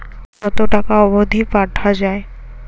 কতো টাকা অবধি পাঠা য়ায়?